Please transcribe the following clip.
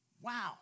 Wow